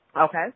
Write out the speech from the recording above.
Okay